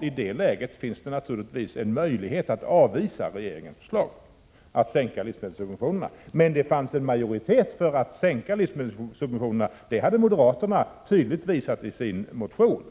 I det läget har vi naturligtvis en möjlighet att avvisa regeringens förslag att sänka livsmedelssubventionerna. Men det förelåg en majoritet för att sänka livsmedelssubventionerna. Det hade moderaterna tydligt visat genom sin motion.